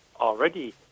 already